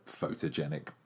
photogenic